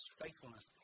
faithfulness